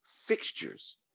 fixtures